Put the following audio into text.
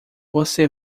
você